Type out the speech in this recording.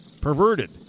perverted